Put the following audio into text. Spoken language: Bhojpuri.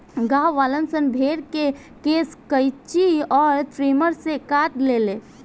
गांववालन सन भेड़ के केश कैची अउर ट्रिमर से काट देले